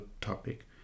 topic